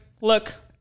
look